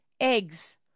Eggs